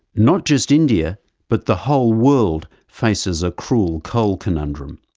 not just india but the whole world faces a cruel coal conundrum.